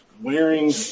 wearing